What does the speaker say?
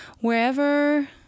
wherever